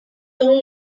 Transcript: egun